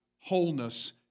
wholeness